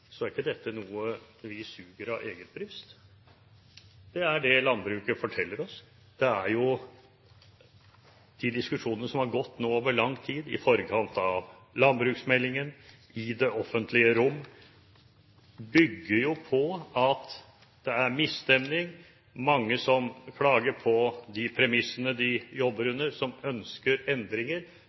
så står vi ikke der. Når det gjelder det at det er dårlig tilstand i norsk landbruk, er ikke det noe vi suger av eget bryst. Det er det landbruket forteller oss. De diskusjonene som nå har gått over lang tid i forkant av landbruksmeldingen i det offentlige rom, bygger jo på at det er misstemning. Det er mange som klager på de premissene de